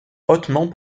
hautement